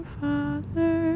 father